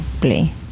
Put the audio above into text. play